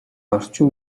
орчин